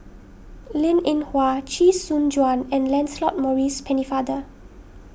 Linn in Hua Chee Soon Juan and Lancelot Maurice Pennefather